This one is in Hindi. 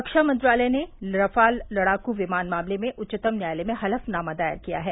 रक्षा मंत्रालय ने रफाल लड़ाकू विमान मामले में उच्चतम न्यायालय में हलफनामा दायर किया है